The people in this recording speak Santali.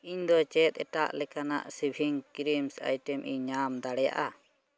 ᱤᱧ ᱫᱚ ᱪᱮᱫ ᱮᱴᱟᱜ ᱞᱮᱠᱟᱱᱟᱜ ᱥᱮᱵᱷᱤᱝᱥ ᱠᱨᱤᱢ ᱟᱭᱴᱮᱢᱥ ᱤᱧ ᱧᱟᱢ ᱫᱟᱲᱮᱭᱟᱜᱼᱟ